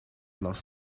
last